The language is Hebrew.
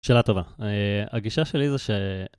שאלה טובה, הגישה שלי זה ש...